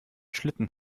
schlitten